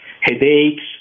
headaches